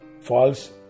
false